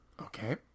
Okay